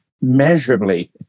measurably